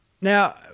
Now –